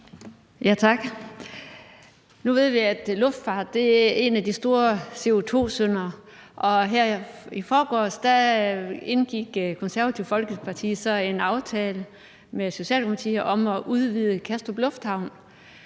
Tak. Nu ved vi, at luftfart er en af de store CO2-syndere, og her i forgårs indgik Det Konservative Folkeparti så en aftale med Socialdemokratiet om at udvide Kastrup Lufthavn.